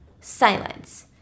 silence